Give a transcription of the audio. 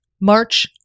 March